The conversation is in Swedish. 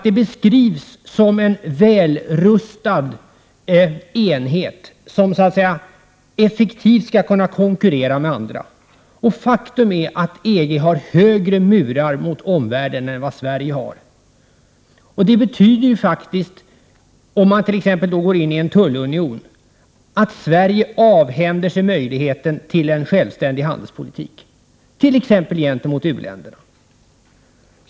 Det beskrivs som en välrustad enhet som effektivt skall kunna konkurrera med andra. Faktum är också att EG har högre murar mot omvärlden än vad Sverige har. Det betyder faktiskt, om man t.ex. går in i en tullunion, att Sverige avhänder sig möjligheten till en självständig handelspolitik t.ex. gentemot u-länderna.